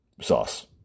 sauce